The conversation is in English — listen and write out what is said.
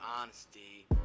honesty